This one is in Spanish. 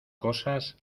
cosas